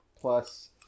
plus